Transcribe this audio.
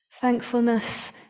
thankfulness